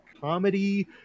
comedy